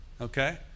Okay